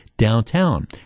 downtown